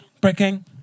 breaking